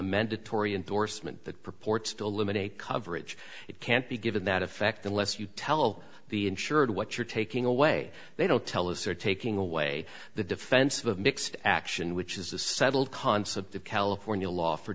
amended tory endorsement that purports to eliminate coverage it can't be given that effect unless you tell the insured what you're taking away they don't tell us or taking away the defense of mixed action which is the settled concept of california law for